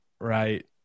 right